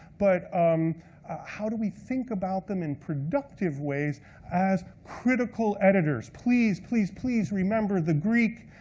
but um how do we think about them in productive ways as critical editors. please, please, please remember the greek,